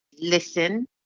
listen